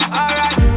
alright